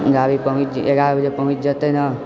गाड़ी पहुँच एगारह बजे पहुँच जेतए ने